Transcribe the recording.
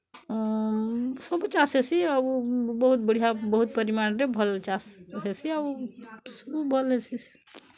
ସବୁ ଚାଷ୍ ହେସି ଆଉ ବହୁତ୍ ବଢ଼ିଆ ବହୁତ୍ ପରିମାଣ୍ରେ ଭଲ୍ ଚାଷ୍ ହେସି ସବୁ ଭଲ୍ ହେସି